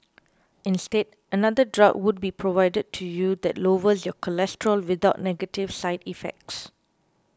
instead another drug would be provided to you that lowers your cholesterol without negative side effects